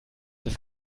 das